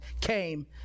came